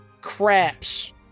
Craps